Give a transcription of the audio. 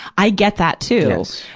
i get that, too.